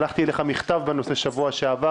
שלחתי לך מכתב בנושא בשבוע שעבר,